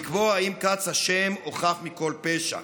לקבוע אם כץ אשם או חף מכל פשע.